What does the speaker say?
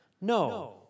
No